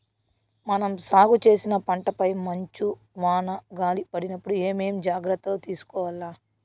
మనం సాగు చేసిన పంటపై మంచు, వాన, గాలి పడినప్పుడు ఏమేం జాగ్రత్తలు తీసుకోవల్ల?